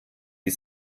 die